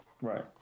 Right